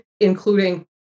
including